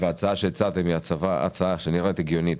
ההצעה שהצעתם נראית הגיונית,